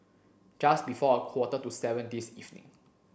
just before a quarter to seven this evening